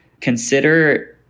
consider